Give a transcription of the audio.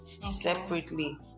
separately